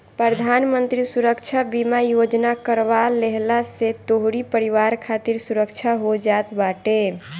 प्रधानमंत्री सुरक्षा बीमा योजना करवा लेहला से तोहरी परिवार खातिर सुरक्षा हो जात बाटे